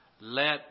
let